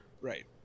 right